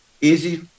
easy